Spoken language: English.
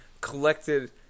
collected